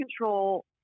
control